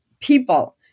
people